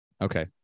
Okay